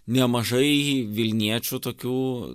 nemažai vilniečių tokių